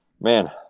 Man